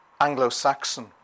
Anglo-Saxon